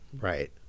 Right